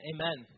Amen